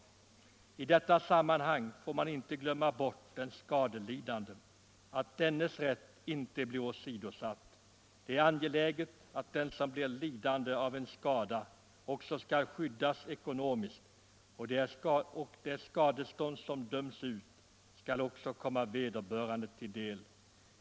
I detta sammanhang får man inte glömma bort den skadelidande; dennes rätt får inte bli åsidosatt. Det är angeläget att den som blir lidande av en skada skyddas ekonomiskt och att det skadestånd som utdöms också kommer vederbörande till del.